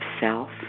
self